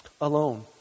alone